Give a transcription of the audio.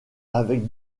avec